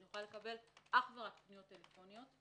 אני יכולה לקבל רק פניות טלפוניות.